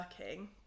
working